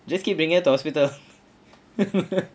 just keep bring her to hospital